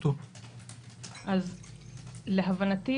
להבנתי,